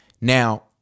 Now